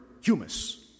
humus